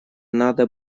надо